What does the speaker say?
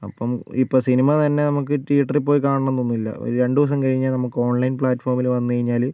അപ്പം ഇപ്പം സിനിമ തന്നെ നമുക്ക് തിയേറ്ററിൽ പോയി കാണണമെന്നൊന്നൂല്ല ഒരു രണ്ട് ദിവസം കഴിഞ്ഞാൽ നമുക്ക് ഓൺലൈൻ പ്ലാറ്റ്ഫോമിൽ വന്ന് കഴിഞ്ഞാൽ